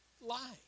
lie